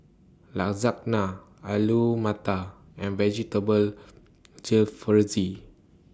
Lasagna Alu Matar and Vegetable Jalfrezi